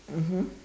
mmhmm